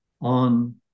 on